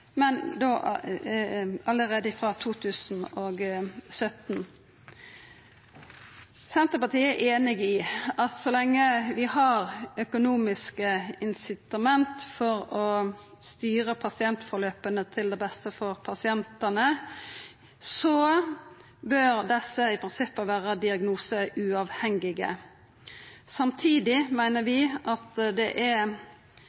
men da allereie frå 2017. Senterpartiet er einig i at så lenge vi har økonomiske incitament for å styra behandlingsgangen til beste for pasientane, bør desse i prinsippet vera diagnoseuavhengige. Samtidig meiner